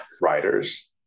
writers